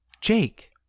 Jake